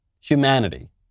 humanity